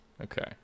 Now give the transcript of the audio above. okay